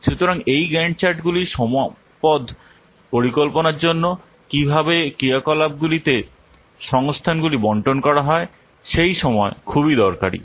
সুতরাং এই গ্যান্ট চার্টগুলি সম্পদ পরিকল্পনার জন্য কীভাবে ক্রিয়াকলাপগুলিতে সংস্থানগুলি বন্টন করা হয় সেই সময় খুবই দরকারী